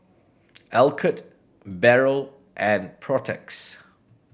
Alcott Barrel and Protex